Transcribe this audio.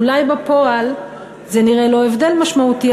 אולי בפועל זה נראה הבדל לא משמעותי,